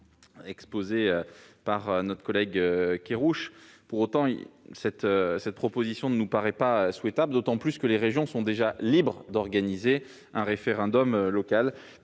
de notre collègue Kerrouche, cette proposition ne nous paraît pas souhaitable, d'autant que les régions sont déjà libres d'organiser un référendum local.